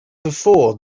before